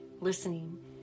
listening